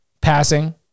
passing